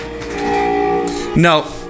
No